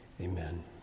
amen